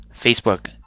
Facebook